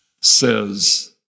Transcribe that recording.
says